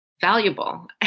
valuable